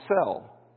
sell